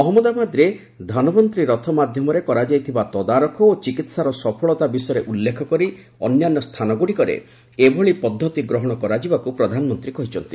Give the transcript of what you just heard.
ଅହମ୍ମଦାବାଦରେ 'ଧନବନ୍ତୀରଥ' ମାଧ୍ୟମରେ କରାଯାଇଥିବା ତଦାରଖ ଓ ଚିକିହାର ସଫଳତା ବିଷୟରେ ଉଲ୍ଲେଖ କରି ଅନ୍ୟାନ୍ୟ ସ୍ଥାନଗୁଡ଼ିକରେ ଏଭଳି ପଦ୍ଧତି ଗ୍ରହଣ କରାଯିବାକୁ ପ୍ରଧାନମନ୍ତ୍ରୀ କହିଛନ୍ତି